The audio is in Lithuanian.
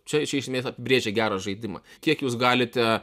čia iš esmės apibrėžia gerą žaidimą kiek jūs galite